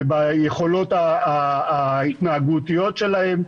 וביכולות התנהגותיות שלהם.